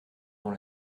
dans